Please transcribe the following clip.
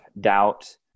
doubt